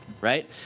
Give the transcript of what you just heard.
right